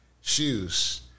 shoes